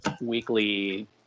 weekly